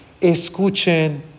Escuchen